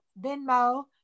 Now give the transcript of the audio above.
Venmo